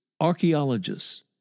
archaeologists